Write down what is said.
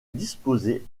disposer